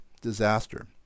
disaster